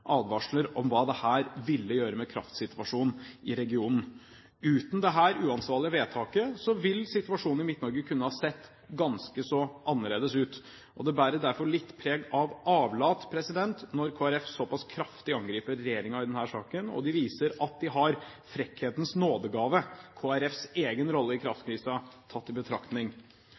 advarsler om hva dette ville gjøre med kraftsituasjonen i regionen. Uten dette uansvarlige vedtaket ville situasjonen i Midt-Norge kunne sett ganske så annerledes ut. Det bærer derfor litt preg av avlat når Kristelig Folkeparti såpass kraftig angriper regjeringen i denne saken, og de viser at de har frekkhetens nådegave – Kristelig Folkepartis egen rolle i kraftkrisen tatt i betraktning.